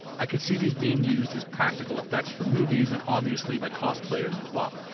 i could see these being used as practical effects for movies and obviously by cosplayers as well.